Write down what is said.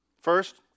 First